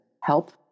help